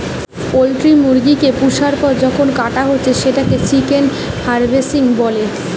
poultry মুরগি কে পুষার পর যখন কাটা হচ্ছে সেটাকে চিকেন হার্ভেস্টিং বলে